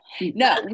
No